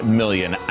million